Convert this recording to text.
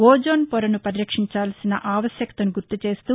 ozone పొరను పరిరక్షించాల్సిన ఆవశ్యకతను గుర్తుచేస్తూ